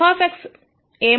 f 1 ఏమైనా ఇది 0